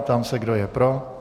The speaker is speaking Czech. Ptám se, kdo je pro.